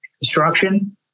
construction